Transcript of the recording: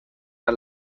the